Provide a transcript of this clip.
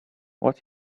what